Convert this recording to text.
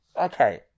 Okay